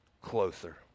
closer